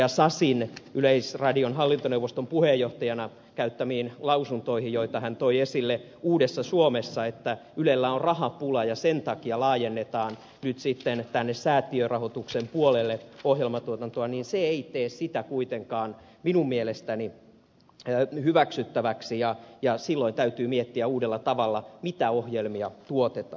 sasin yleisradion hallintoneuvoston puheenjohtajana esittämiin lausuntoihin joita hän toi esille uudessa suomessa että ylellä on rahapula ja sen takia laajennetaan nyt sitten tänne säätiörahoituksen puolelle ohjelmatuotantoa niin se ei tee sitä kuitenkaan minun mielestäni hyväksyttäväksi ja silloin täytyy miettiä uudella tavalla mitä ohjelmia tuotetaan